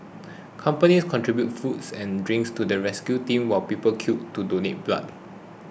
companies contributed foods and drinks to the rescue teams while people queued to donate blood